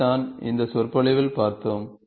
இதைத்தான் இந்த சொற்பொழிவில் பார்த்தோம்